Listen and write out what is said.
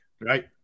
Right